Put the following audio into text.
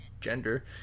gender